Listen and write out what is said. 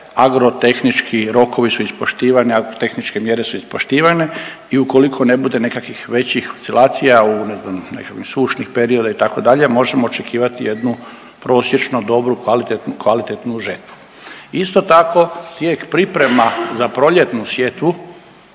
agrotehnički rokovi su ispoštivani, agrotehničke mjere su ispoštivane i ukoliko ne bude nekakvih većih oscilacija u ne znam nekakvim sušnih periodima itd., možemo očekivati jednu prosječno dobru i kvalitetnu žetvu. Isto tako tijek priprema za proljetnu sjetvu